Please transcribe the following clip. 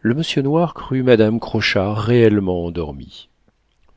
le monsieur noir crut madame crochard réellement endormie